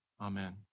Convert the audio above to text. Amen